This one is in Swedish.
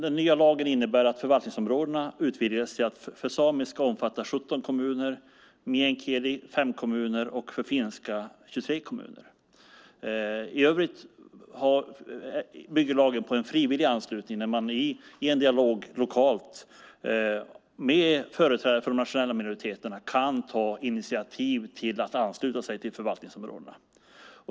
Den nya lagen innebär att förvaltningsområdena utvidgas till att för samiska omfatta 17 kommuner, för meänkieli 5 kommuner och för finska 23 kommuner. I övrigt bygger lagen på en frivillig anslutning där man i en dialog lokalt med företrädare för de nationella minoriteterna kan ta initiativ till att ansluta sig till förvaltningsområdena.